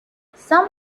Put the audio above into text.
some